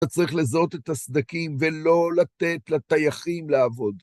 אתה צריך לזהות את הסדקים ולא לתת לטייחים לעבוד.